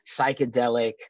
psychedelic